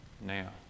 now